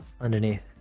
underneath